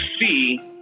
see